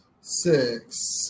Six